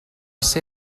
ser